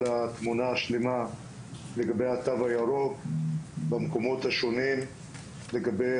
התמונה השלמה לגבי התו הירוק במקומות השונים לגבי